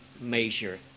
measure